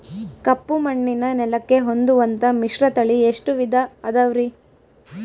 ಕಪ್ಪುಮಣ್ಣಿನ ನೆಲಕ್ಕೆ ಹೊಂದುವಂಥ ಮಿಶ್ರತಳಿ ಎಷ್ಟು ವಿಧ ಅದವರಿ?